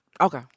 okay